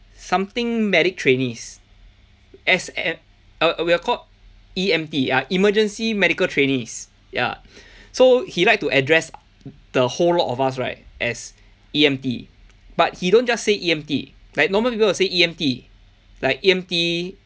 something medic trainees as at err we're called E_M_T ah emergency medical trainees ya so he like to address the whole lot of us right as E_M_T but he don't just say E_M_T like normal people will say E_M_T like E_M_T